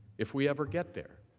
if we ever get there.